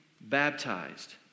baptized